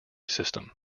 system